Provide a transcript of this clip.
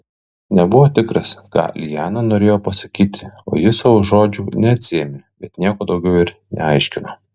nebuvo tikras ką liana norėjo pasakyti o ji savo žodžių neatsiėmė bet nieko daugiau ir neaiškino